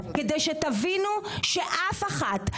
כדי שתבינו שאף אחת,